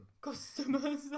customers